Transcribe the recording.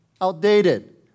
outdated